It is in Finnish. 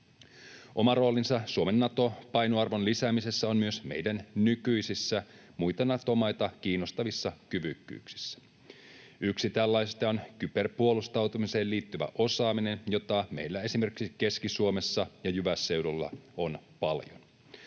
Oma roolinsa Suomen Nato-painoarvon lisäämisessä on myös meidän nykyisissä, muita Nato-maita kiinnostavissa kyvykkyyksissämme. Yksi tällaisista on kyberpuolustautumiseen liittyvä osaaminen, jota meillä esimerkiksi Keski-Suomessa ja Jyvässeudulla on paljon.